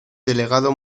delegado